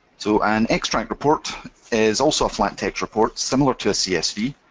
so an extract report is also a flat text report similar to a csv,